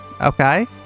Okay